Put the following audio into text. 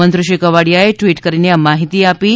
મંત્રીશ્રી કવાડિયાએ ટવીટ કરીને આ માહિતી આપી છે